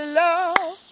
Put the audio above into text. love